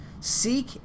Seek